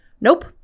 Nope